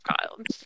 child